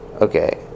Okay